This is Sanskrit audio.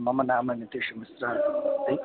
मम नाम नितीशमिश्रः अस्ति